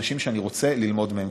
אנשים שאני רוצה ללמוד מהם,